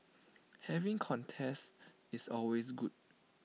having contests is always good